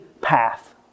path